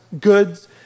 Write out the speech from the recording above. goods